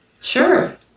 Sure